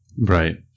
right